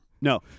No